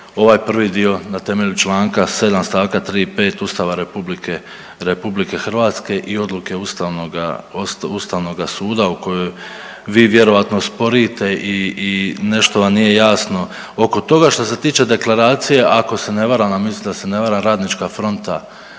ovaj prvi dio na temelju čl. 7. st. 3. i 5. Ustava republike, RH i odluke ustavnoga, ustavnoga suda u kojoj vi vjerojatno sporite i, i nešto vam nije jasno oko toga. Što se tiče deklaracije, ako se ne varam, a mislim da se ne varam, Radnička fronta